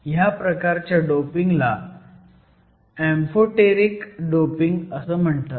ह्या प्रकारच्या डोपिंगला अँफोटेरिक डोपिंग म्हणतात